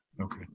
okay